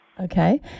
Okay